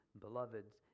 beloveds